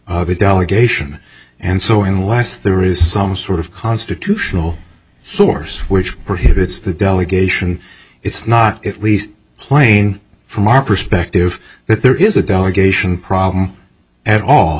delegation and so unless there is some sort of constitutional source which prohibits the delegation it's not least plain from our perspective that there is a delegation problem at all